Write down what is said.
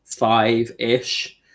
Five-ish